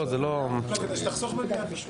--- כדי שתחסוך מליאה.